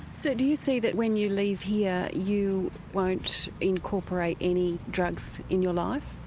so do you see that when you leave here you won't incorporate any drugs in your life?